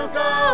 go